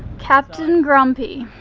captain grumpy.